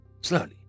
slowly